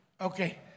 Okay